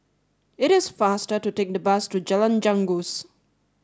it is faster to take the bus to Jalan Janggus